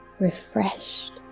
refreshed